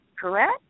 correct